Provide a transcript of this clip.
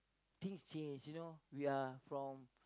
T_C_H you know we are from